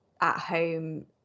at-home